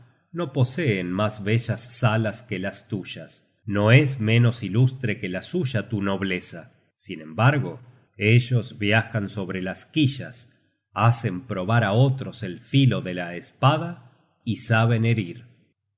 no poseen mas bellas salas que las tuyas no es menos ilustre que la suya tu nobleza sin embargo ellos viajan sobre las quillas hacen probar á otros el filo de la espada y saben herir